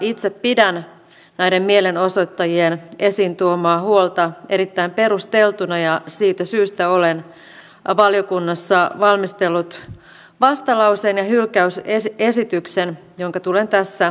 itse pidän näiden mielenosoittajien esiin tuomaa huolta erittäin perusteltuna ja siitä syystä olen valiokunnassa valmistellut vastalauseen ja hylkäysesityksen jonka tulen tässä toistamaan